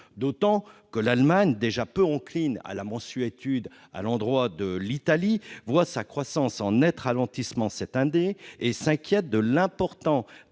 d'autant que l'Allemagne déjà peu enclines à la mansuétude à l'endroit de l'Italie voit sa croissance en Net ralentissement, cette D et s'inquiète de l'important